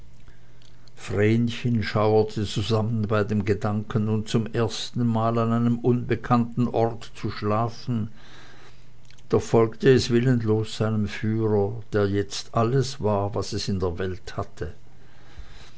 vrenchen schauerte zusammen bei dem gedanken nun zum ersten mal an einem unbekannten ort zu schlafen doch folgte es willenlos seinem führer der jetzt alles war was es in der welt hatte